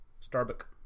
Starbuck